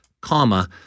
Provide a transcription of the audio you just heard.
comma